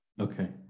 Okay